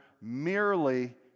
merely